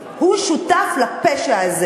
כל מי שמצביע על העברת המודל הזה הוא שותף לפשע הזה.